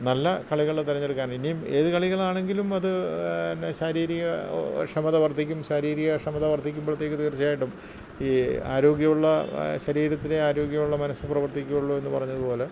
നല്ല കളികള് തെരഞ്ഞെടുക്കാൻ ഇനിയും ഏത് കളികളാണെങ്കിലും അത് പിന്നെ ശാരീരിക ക്ഷമത വർദ്ധിക്കും ശാരീരിക ക്ഷമത വർദ്ധിക്കുമ്പോഴത്തേക്ക് തീർച്ചയായിട്ടും ഈ ആരോഗ്യമുള്ള ശരീരത്തിലെ ആരോഗ്യമുള്ള മനസ്സ് പ്രവർത്തിക്കുകയുള്ളു എന്നു പറഞ്ഞതു പോലെ